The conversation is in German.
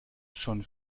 schon